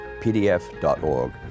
pdf.org